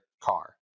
car